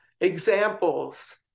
Examples